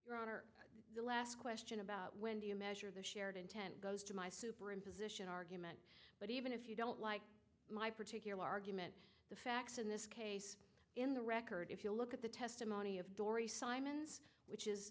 your honor the last question about when do you measure the shared intent goes to my superimposition argument but even if you don't like my particular argument the facts in this case in the record if you look at the testimony of dory simons which is